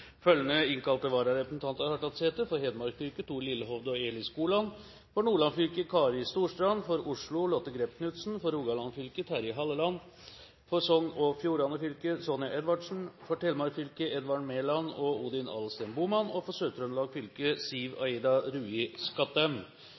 Følgende innkalte vararepresentanter har tatt sete: For Hedmark fylke: Thor Lillehovde og Eli Skoland For Nordland fylke: Kari Storstrand For Oslo: Lotte Grepp Knutsen For Rogaland fylke: Terje Halleland For Sogn og Fjordane fylke: Sonja Edvardsen For Telemark fylke: Edvard Mæland og Odin Adelsten Bohmann For Sør-Trøndelag fylke: Siv